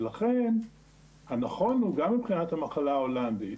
לכן יכולנו גם מבחינת המחלה ההולנדית